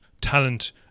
talent